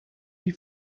die